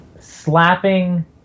slapping